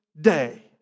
day